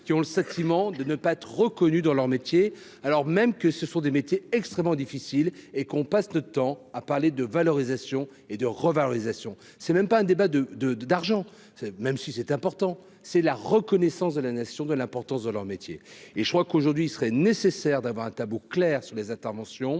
qui ont le scintillement de ne pas être reconnus dans leur métier, alors même que ce sont des métiers extrêmement difficile et qu'on passe notre temps à parler de valorisation et de revalorisation, c'est même pas un débat de, de, de, d'argent, c'est même si c'est important, c'est la reconnaissance de la nation, de l'importance de leur métier et je crois qu'aujourd'hui, il serait nécessaire d'avoir un tabou clair sur les interventions,